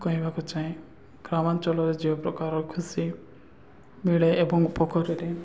କହିବାକୁ ଚାହେଁ ଗ୍ରାମାଞ୍ଚଳରେ ଯେଉଁ ପ୍ରକାର ଖୁସି ମିଳେ ଏବଂ ଉପକାରରରେ